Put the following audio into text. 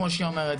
כמו שהיא אומרת,